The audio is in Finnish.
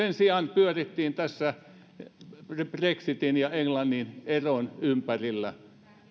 sen sijaan pyörittiin tässä brexitin ja englannin eron ympärillä